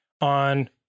on